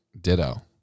ditto